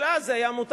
אבל אז זה היה מותר,